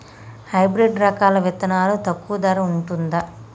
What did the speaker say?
Hybrid రకాల విత్తనాలు తక్కువ ధర ఉంటుందా?